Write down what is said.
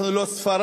אנחנו לא ספרד.